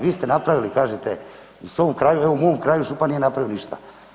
Vi ste napravili kažete u svom kraju, evo u mom kraju župan nije napravio ništa.